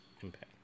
Impact